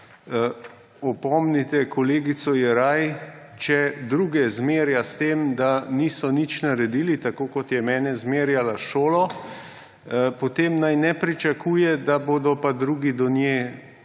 opomnite kolegico Jeraj, če druge zmerja s tem, da niso nič naredili, tako kot je mene zmerjala s šolo, potem naj ne pričakuje, da bodo pa drugi do nje